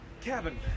Cabin